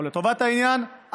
ולטובת העניין,